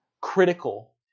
critical